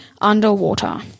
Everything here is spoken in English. underwater